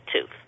tooth